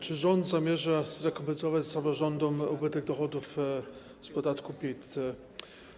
Czy rząd zamierza zrekompensować samorządom ubytek dochodów z podatku PIT?